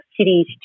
cities